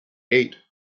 eight